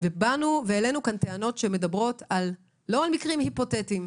ובאנו והעלינו כאן טענות שמדברות לא על מקרים היפותטיים,